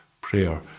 prayer